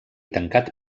tancat